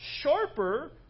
sharper